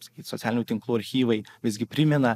sakyt socialinių tinklų archyvai visgi primena